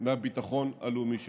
מהביטחון הלאומי שלנו.